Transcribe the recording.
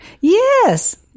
Yes